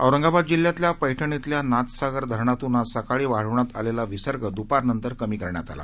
औरंगाबाद जिल्ह्यातल्या पठ्णि इथल्या नाथसागर धरणातून आज सकाळी वाढवण्यात आलेला विसर्ग दुपारनंतर कमी करण्यात आला